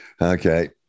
Okay